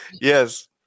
Yes